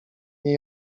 nie